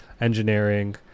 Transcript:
engineering